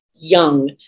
young